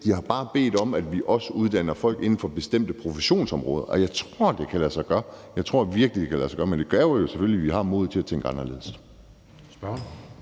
De har bare bedt om, at vi også uddanner folk inden for bestemte professionsområder, og jeg tror, det kan lade sig gøre. Jeg tror virkelig, det kan lade sig gøre. Men det kræver jo selvfølgelig, at vi har modet til at tænke anderledes.